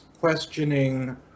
questioning